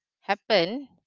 happen